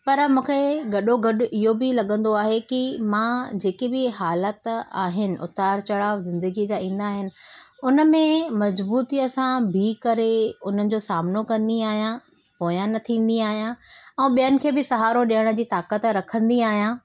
पर मूंखे गॾो गॾु इहो बि लॻंदो आहे की मां जेके बि हालति आहिनि उतार चढाव ज़िंदगीअ जा ईंदा आहिनि उन में मज़बूतीअ सां बीह करे उन जो सामिनो कंदी आहियां पोयां न थींदी आहियां ऐं ॿियनि खे बि सहारो ॾियण जी ताक़त रखंदी आहियां